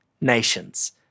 nations